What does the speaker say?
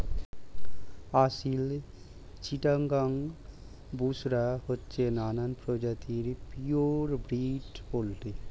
আসিল, চিটাগাং, বুশরা হচ্ছে নানা প্রজাতির পিওর ব্রিড পোল্ট্রি